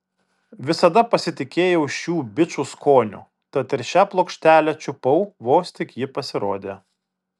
visada pasitikėjau šių bičų skoniu tad ir šią plokštelę čiupau vos tik ji pasirodė